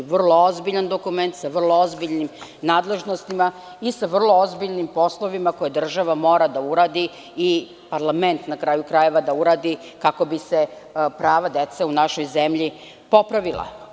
Vrlo ozbiljan dokument, sa vrlo ozbiljnim nadležnostima i sa vrlo ozbiljnim poslovima koje država mora da uradi i parlament, na kraju krajeva, da uradi kako bi se prava dece u našoj zemlji popravila.